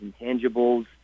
intangibles